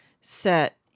set